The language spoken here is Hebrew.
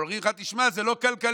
אבל אומרים לך: תשמע, זה לא כלכלי.